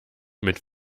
mit